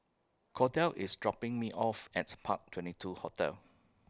Cordell IS dropping Me off At Park twenty two Hotel